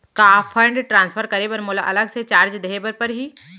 का fund transfer करे बर मोला अलग से चार्ज देहे बर परही?